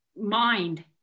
mind